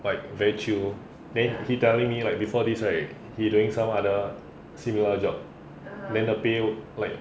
like very chill then he telling me like before this right he doing some other similar job then the payroll like